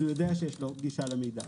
הוא יודע שיש לו גישה למידע.